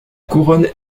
couronne